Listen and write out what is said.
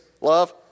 love